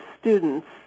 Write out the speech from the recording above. students